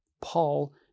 Paul